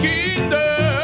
Kinder